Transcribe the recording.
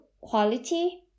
Quality